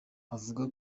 avuga